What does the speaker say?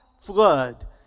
flood